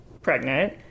pregnant